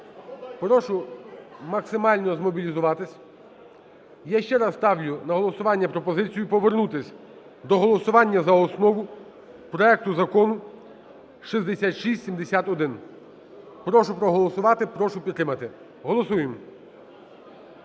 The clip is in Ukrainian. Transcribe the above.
прошу максимально змобілізуватися. Я ще раз ставлю на голосування пропозицію, повернутися до голосування за основу проекту закону 6671. Прошу проголосувати, прошу підтримати, голосуємо,